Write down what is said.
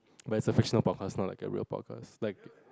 but is a fictional podcast not like a real podcast like